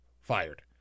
fired